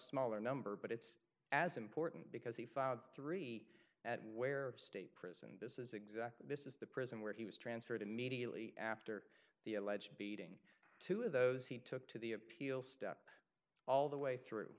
smaller number but it's as important because he filed three at where state this is exactly this is the prison where he was transferred immediately after the alleged beating two of those he took to the appeal step all the way through